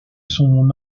son